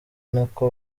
nako